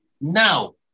now